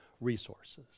resources